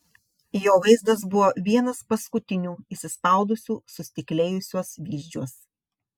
jo vaizdas buvo vienas paskutinių įsispaudusių sustiklėjusiuos vyzdžiuos